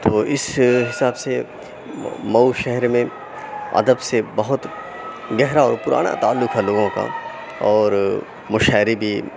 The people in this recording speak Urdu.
تو اِس حساب سے مئو شہر میں ادب سے بہت گہرا اور پُرانا تعلق ہے لوگوں کا اور مشاعرے بھی